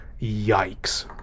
Yikes